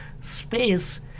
space